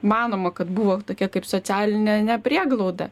manoma kad buvo tokia kaip socialinė ane prieglauda